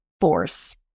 force